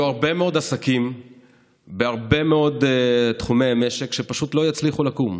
יהיו הרבה מאוד עסקים בהרבה מאוד תחומי משק שפשוט לא יצליחו לקום.